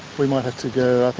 we might have to go,